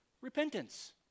Repentance